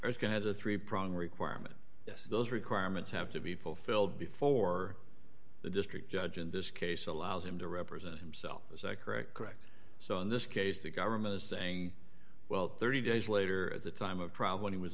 i was going to three prong requirement yes those requirements have to be fulfilled before the district judge in this case allows him to represent himself as i correct correct so in this case the government is saying well thirty days later at the time of trial when he was